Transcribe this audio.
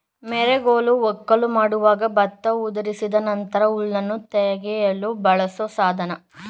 ಮೆರಕೋಲು ವಕ್ಕಲು ಮಾಡುವಾಗ ಭತ್ತ ಉದುರಿದ ನಂತರ ಹುಲ್ಲನ್ನು ತೆಗೆಯಲು ಬಳಸೋ ಸಾಧನ